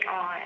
on